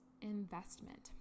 investment